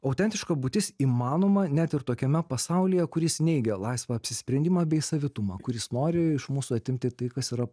autentiška būtis įmanoma net ir tokiame pasaulyje kuris neigia laisvą apsisprendimą bei savitumą kuris nori iš mūsų atimti tai kas yra